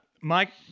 Mike